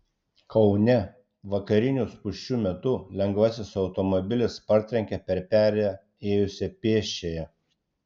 kaune vakarinių spūsčių metu lengvasis automobilis partrenkė per perėją ėjusią pėsčiąją